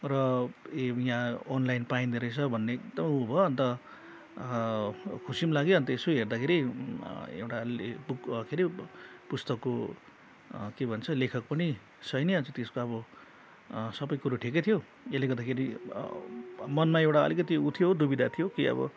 र ए यहाँ अनलाइन पाइँदोरहेछ भन्ने त उयो भयो अन्त खुसी पनि लाग्यो अन्त यसो हेर्दाखेरि एउटाले बुक के अरे पुस्तकको के भन्छ लेखकको नै सही नै अब त्यसको सबै कुरो ठिकै थियो यसले गर्दाखेरि मनमा अलिकति उ थियो दुविधा थियो कि अब